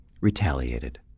retaliated